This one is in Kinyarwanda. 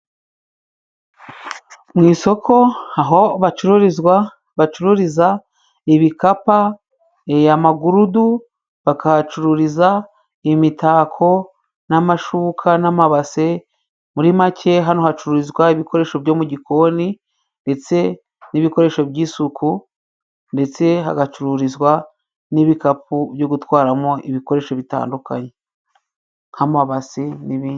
Mu isoko aho bacururizwa bacururiza ibikapa amagurudu, bakahacururiza imitako n'amashuka n'amabase; muri make hano hacururizwa ibikoresho byo mu gikoni ndetse n'ibikoresho by'isuku ndetse hagacururizwa n'ibikapu byo gutwaramo ibikoresho bitandukanye nk'amabase n'ibindi.